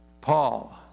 Paul